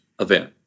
event